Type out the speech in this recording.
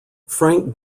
frank